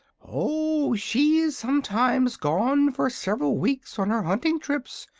oh, she is sometimes gone for several weeks on her hunting trips,